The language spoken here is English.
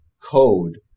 code